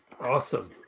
Awesome